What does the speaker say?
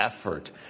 effort